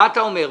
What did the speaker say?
מה אתה אומר?